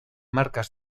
marcas